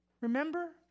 Remember